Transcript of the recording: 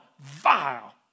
vile